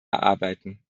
erarbeiten